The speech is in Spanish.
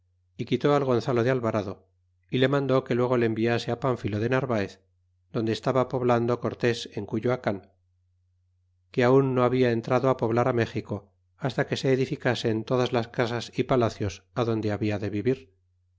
y quitó al gonzalo de alvarado y le mandó que luego le enviase a panfilo de narvaez donde estaba poblando cortés en cuyoacan que aun no habia entrado poblar a méxico hasta que se edificasen todas las casas y palacios adonde habia de vivir